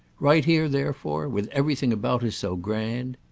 right here therefore, with everything about us so grand!